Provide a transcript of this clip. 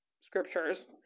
scriptures